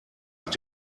hat